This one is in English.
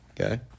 Okay